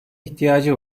ihtiyacı